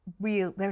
real